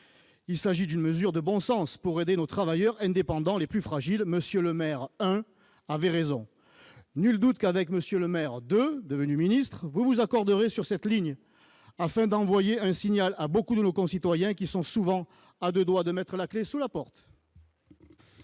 Il s'agit d'une mesure de bon sens pour aider nos travailleurs indépendants les plus fragiles. M. Le Maire I avait raison. Nul doute qu'avec M. Le Maire II, devenu ministre, vous vous accorderez sur cette ligne, afin d'envoyer un signal à beaucoup de nos concitoyens qui sont souvent à deux doigts de mettre la clef sous la porte